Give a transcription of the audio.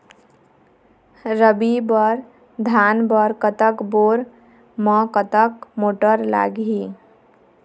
रबी बर धान बर कतक बोर म कतक मोटर लागिही?